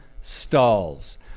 stalls